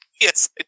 Yes